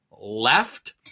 left